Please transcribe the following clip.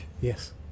Yes